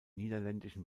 niederländischen